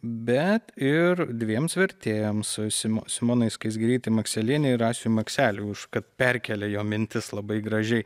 bet ir dviems vertėjams si simonai skaisgirytei makselienei rasiui makseliui už kad perkėlė jo mintis labai gražiai